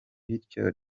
bityo